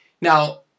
Now